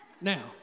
Now